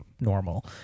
normal